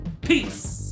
Peace